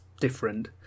different